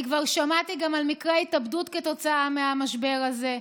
אני כבר שמעתי גם על מקרי התאבדות כתוצאה מהמשבר הזה.